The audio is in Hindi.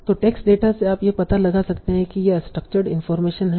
तो टेक्स्ट डेटा से आप यह पता लगा सकते हैं कि यह स्ट्रक्चर्ड इनफार्मेशन है